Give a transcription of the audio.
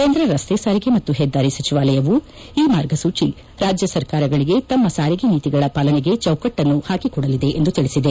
ಕೇಂದ್ರ ರಸ್ತೆ ಸಾರಿಗೆ ಮತ್ತು ಹೆದ್ದಾರಿ ಸಜಿವಾಲಯವು ಈ ಮಾರ್ಗಸೂಜಿ ರಾಜ್ಯ ಸರ್ಕಾರಗಳಿಗೆ ತಮ್ಮ ಸಾರಿಗೆ ನೀತಿಗಳ ಪಾಲನೆಗೆ ಚೌಕಟ್ಟನ್ನು ಪಾಕಿಕೊಡಲಿದೆ ಎಂದು ತಿಳಿಸಿದೆ